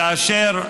כאשר,